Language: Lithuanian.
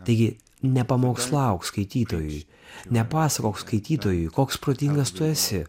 taigi nepamokslauk skaitytojui nepasakok skaitytojui koks protingas tu esi